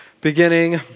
beginning